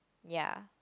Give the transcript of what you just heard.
ya